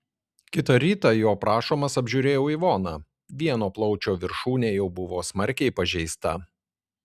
kitą rytą jo prašomas apžiūrėjau ivoną vieno plaučio viršūnė jau buvo smarkiai pažeista